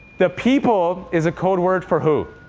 the people is a code word for who?